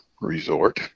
resort